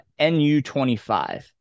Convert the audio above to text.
NU25